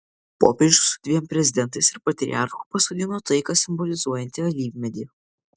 popiežius su dviem prezidentais ir patriarchu pasodino taiką simbolizuojantį alyvmedį